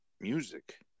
music